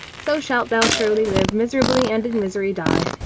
so shalt thou surely live miserably and in misery die.